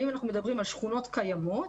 האם אנחנו מדברים על שכונות קיימות